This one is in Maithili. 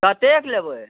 कतेक लेबै